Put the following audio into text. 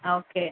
okay